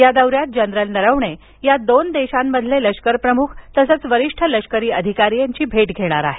या दौऱ्यात जनरल नरवणे या दोन देशांमधील लष्कर प्रमुख तसंच वरिष्ठ लष्करी अधिकाऱ्यांची भेट घेणार आहेत